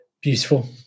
Beautiful